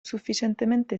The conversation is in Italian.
sufficientemente